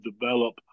develop